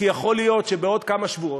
כי יכול להיות שבעוד כמה שבועות,